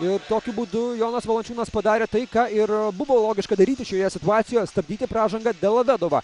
ir tokiu būdu jonas valančiūnas padarė tai ką ir buvo logiška daryti šioje situacijoje stabdyti pražanga delovedovą